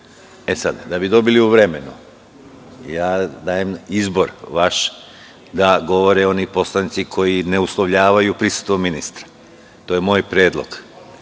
časova. Da bi dobili u vremenu, dajem vam izbor da govore oni poslanici koji ne uslovljavaju prisustvo ministra. To je moj predlog.